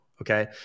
Okay